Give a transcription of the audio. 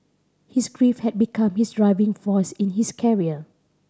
his grief had become his driving force in his career